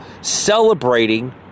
celebrating